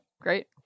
great